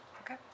Okay